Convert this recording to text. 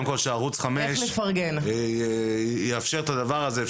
קודם כול שערוץ 5 יאפשר את הדבר הזה,